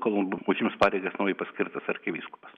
kol užims pareigas naujai paskirtas arkivyskupas